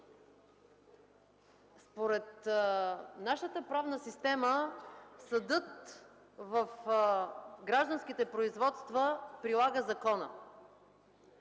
Според нашата правна система съдът в гражданските производства прилага закона.